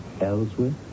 Ellsworth